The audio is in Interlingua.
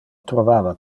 trovava